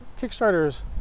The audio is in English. Kickstarter's